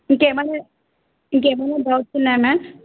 ఇంకేమైనా ఇంకేమైనా డౌట్స్ ఉన్నాయా మామ్